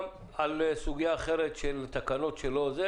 ו-10(ב).